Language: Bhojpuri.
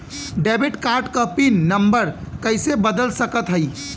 डेबिट कार्ड क पिन नम्बर कइसे बदल सकत हई?